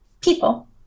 people